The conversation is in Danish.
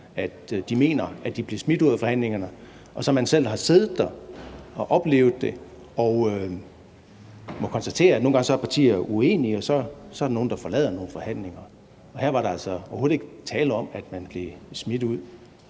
at de mener, at de blev smidt ud af forhandlingerne, og man selv har siddet der og oplevet det og må konstatere, at nogle gange er partier uenige, og så er der nogle, der forlader nogle forhandlinger, og her var der altså overhovedet ikke tale om, at de blev smidt ud,